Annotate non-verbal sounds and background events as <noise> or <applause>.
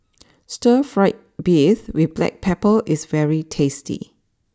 <noise> Stir Fried Beef with Black Pepper is very tasty